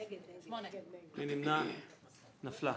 נפלה.